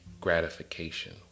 gratification